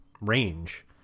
range